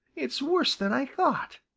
it's worse than i thought,